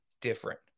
different